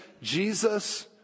Jesus